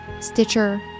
Stitcher